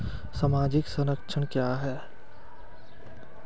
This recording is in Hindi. सामाजिक संरक्षण क्या है?